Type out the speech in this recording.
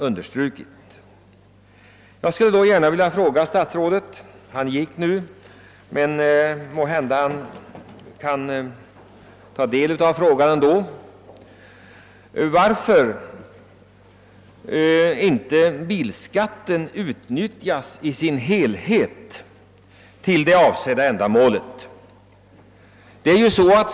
Med anledning därav skulle jag gärna vilja fråga statsrådet varför inte bilskatten utnyttjas i sin helhet till det avsedda ändamålet.